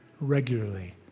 regularly